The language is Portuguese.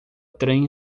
trem